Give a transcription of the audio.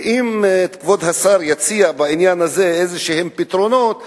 ואם כבוד השר יציע בעניין הזה איזה פתרונות,